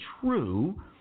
true